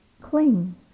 cling